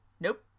Nope